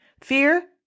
Fear